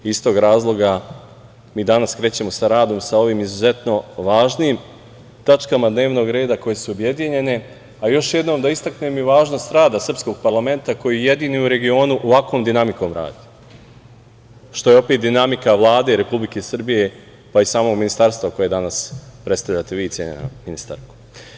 Iz tog razloga, mi danas krećemo sa radom sa ovim izuzetno važnim tačkama dnevnog reda koje su objedinjene, a još jednom da istaknem i važnost rada srpskog parlamenta koji jedini u regionu ovakvom dinamikom radi, što je opet dinamika Vlade Republike Srbije, pa i samog ministarstva, koje danas predstavljate vi, cenjena ministarko.